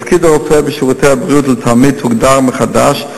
תפקיד הרופא בשירותי הבריאות לתלמיד הוגדר מחדש,